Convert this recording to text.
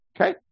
okay